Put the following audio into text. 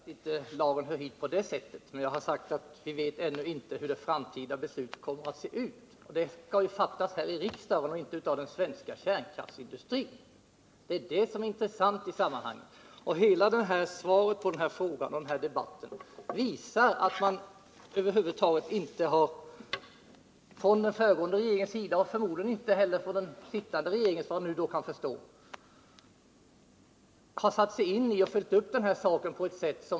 Herr talman! Jag har aldrig sagt att lagen inte hör hit på det sättet, men jag har sagt att vi ännu inte vet hur det framtida beslutet kommer att se ut. Beslutet skall ju fattas av riksdagen och inte av den svenska kärnkraftsindustrin. Det är det som är intressant i sammanhanget. Svaret på den här frågan och den här debatten visar att den förra regeringen och förmodligen också den sittande regeringen inte tillräckligt har satt sig in i saken.